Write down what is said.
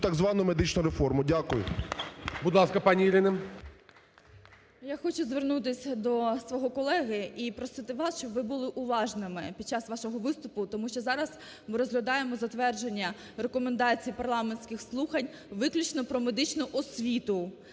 так звану медичну реформу. Дякую. ГОЛОВУЮЧИЙ. Будь ласка, пані Ірина. 12:47:31 СИСОЄНКО І.В. Я хочу звернутися до свого колеги і просити вас, щоб ви були уважними під час вашого виступу, тому що зараз ми розглядаємо затвердження Рекомендацій парламентських слухань, виключно про медичну освіту,